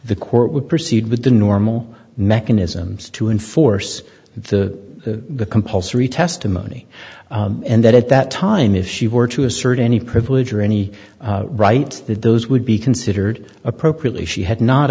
the court would proceed with the normal mechanisms to enforce the compulsory testimony and that at that time if she were to assert any privilege or any right that those would be considered appropriately she had not